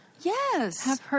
yes